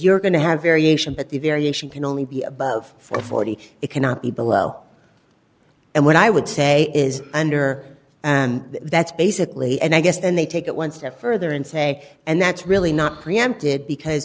you're going to have variation but the variation can only be above forty it cannot be below and when i would say is under and that's basically and i guess and they take it one step further and say and that's really not preempted because